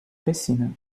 piscina